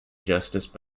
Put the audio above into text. justice